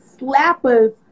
slappers